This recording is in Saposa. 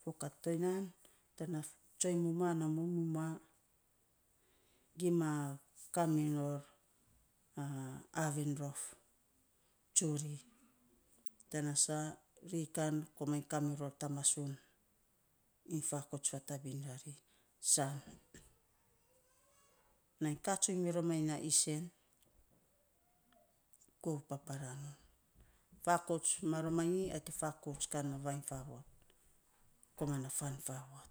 Fo kat toya nan tanatsoiny mumua ana muiny mumua gima kamiror aaven rof tsuri, tana saa, ri kan komainy kamiror ta masuun, iny fakouts fatabin rari san nainy kaa tsun miromanyi, na isen, gov kan paparaa non. Fakouts kan maromanyi ai te fakouts kain vainy faavot komana fan faavot.